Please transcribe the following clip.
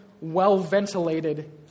well-ventilated